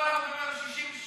פה אנחנו אומרים להם: 60%,